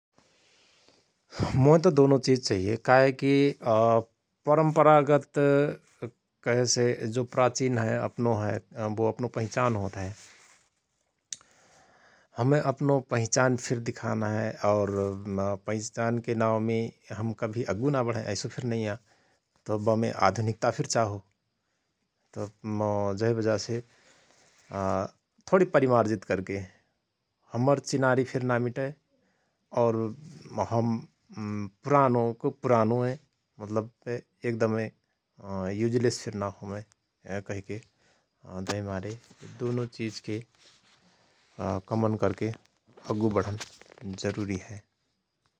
मोयत दोनो चिझ चहिय काहे कि अ परम्परागत कहेसे जो प्राचिन हय अपनो हय वो अपनो पहिचान होत हय । हमय अपनो पहिचान फिर दिखान हय और पहिचानके नाओंमे हम कभि अग्गु ना बढयं ऐसो फिर नैया तओ बामे आधुनिकता फिर चाहो । तओ जहे बजासे थोणि परिमार्जित करके हमर चिनारी फिर ना मिटय और हम पुरानो को पुरानुअय मतलवकि एक दमय युजलेस फिर ना होमय कहिके जहेमारे दोनो चिझके कमन कर्के अग्गु बढन जरुरीहय ।